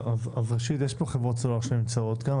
אז ראשית יש חברות סלולר שנמצאות כאן,